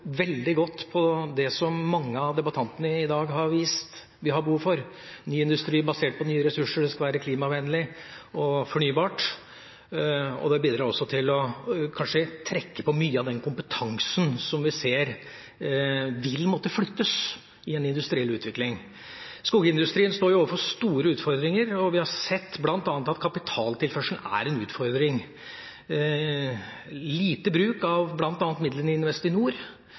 veldig godt med det mange av debattantene i dag har vist at vi har behov for, ny industri basert på nye ressurser, det skal være klimavennlig og fornybart, og det bidrar også til å trekke på mye av den kompetansen som vi ser vil måtte flyttes i en industriell utvikling. Skogindustrien står overfor store utfordringer, og vi har bl.a. sett at kapitaltilførselen er en utfordring, og lite bruk av bl.a. midlene i Investinor.